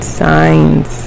signs